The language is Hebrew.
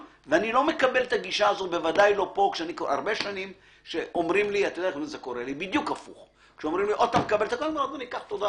אני לא מקבל את הגישה שאומרים לי או שאתה מקבל את הדברים או שאני אקח.